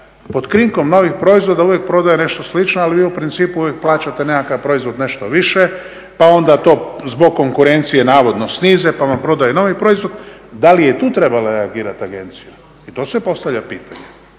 pod krinkom novih proizvoda uvijek prodaje nešto slično ali vi u principu uvijek plaćate nekakav proizvod nešto više pa onda to zbog konkurencije navodno snize pa vam prodaju novi proizvod. Da li je tu trebala reagirati agencija i to se postavlja pitanje.